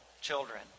children